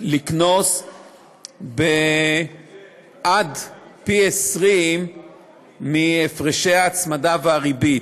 לקנוס עד פי-20 מהפרשי ההצמדה והריבית,